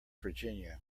virginia